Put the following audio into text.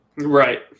Right